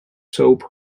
soap